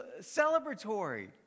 celebratory